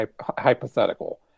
hypothetical